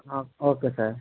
okay sir